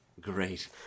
great